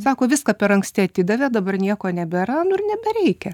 sako viską per anksti atidavė dabar nieko nebėra nu ir nebereikia